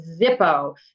Zippo